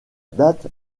date